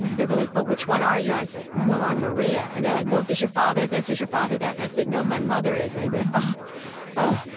be like, but which one are you? i was like, well, i'm maria. and they're like, well, is your father this? is your father that? and i'd say, no, my mother is. and they'd be and ah